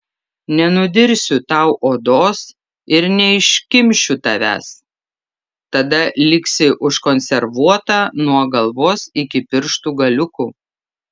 nenudirsiu tau odos ir neiškimšiu tavęs tada liksi užkonservuota nuo galvos iki pirštų galiukų